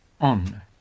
on